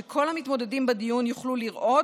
שכל המתמודדים בדיון יוכלו לראות,